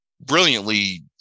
Brilliantly